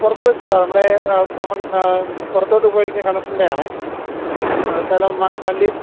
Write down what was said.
പുറത്തുവച്ചതാണ് നമ്മുടെ പുറത്തോട്ട് പോയിരിക്കുന്ന കണക്ഷൻ്റെയാണ് അത് ശകലം ലീ